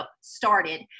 started